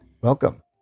welcome